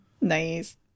Nice